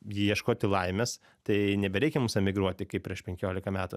ieškoti laimės tai nebereikia mums emigruoti kaip prieš penkiolika metų